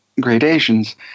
gradations